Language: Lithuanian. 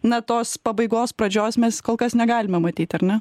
na tos pabaigos pradžios mes kol kas negalime matyti ar ne